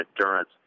endurance